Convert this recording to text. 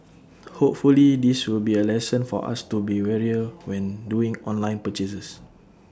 hopefully this will be A lesson for us to be warier when doing online purchases